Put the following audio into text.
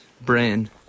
brain